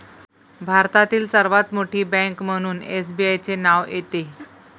भारतातील सर्वात मोठी बँक म्हणून एसबीआयचे नाव येते